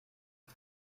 die